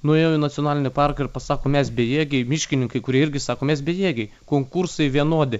nuėjau į nacionalinį parką ir pasako mes bejėgiai miškininkai kurie irgi sako mes bejėgiai konkursai vienodi